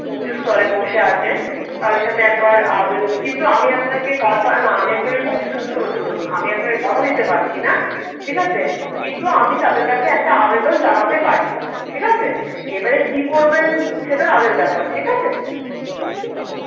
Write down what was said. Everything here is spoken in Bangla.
উঁচু স্তরে বসে আছেন তাদের সাথে একবার কিন্তু আমি আপনাকে কথা না আমি আপনাকে কথা শুনুন শুনুন শুনুন আমি আপনাকে কথা দিতে পারছি না ঠিক আছে কিন্তু আমি তাদের কাছে একটা আবেদন জানাতে পারি ঠিক আছে এবারে কি করবেন সেটা তাদের ব্যাপার ঠিক আছে হুম